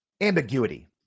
ambiguity